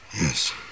Yes